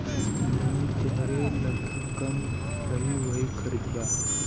जवन तोहरे लग्गे कम रही वही खरीदबा